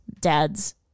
dad's